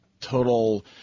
total